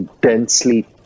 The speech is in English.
densely